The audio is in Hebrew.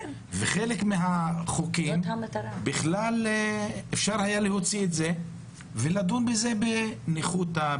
חלק מהחוקים היה אפשר להוציא ולדון בהם בניחותא,